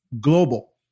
global